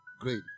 Great